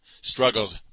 struggles